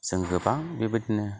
जों गोबां बेबायदिनो